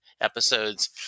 episodes